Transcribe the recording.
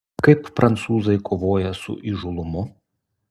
kaip prancūzai kovoja su įžūlumu